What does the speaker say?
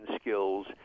skills